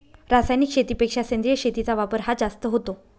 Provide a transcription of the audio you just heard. रासायनिक शेतीपेक्षा सेंद्रिय शेतीचा वापर हा जास्त होतो